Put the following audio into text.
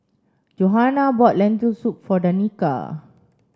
Johanna bought Lentil soup for Danika